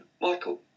Michael